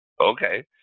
okay